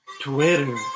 Twitter